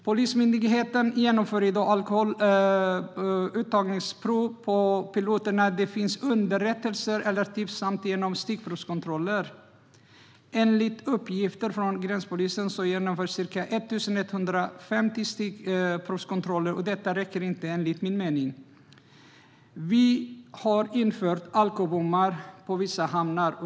Polismyndigheten genomför i dag alkoholutandningsprov på piloter när det finns underrättelser eller tips samt utför stickprovskontroller. Enligt uppgifter från gränspolisen genomförs ca 1 150 stickprovskontroller. Detta räcker inte, enligt min mening. Vi har infört alkobommar i vissa hamnar.